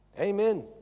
Amen